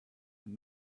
and